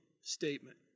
statement